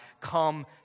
come